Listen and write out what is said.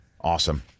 awesome